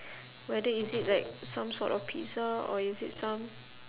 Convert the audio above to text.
whether is it like some sort of pizza or is it some